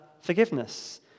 forgiveness